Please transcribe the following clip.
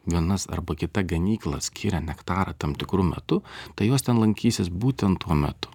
vienas arba kitą ganykla skiria nektarą tam tikru metu tai jos ten lankysis būtent tuo metu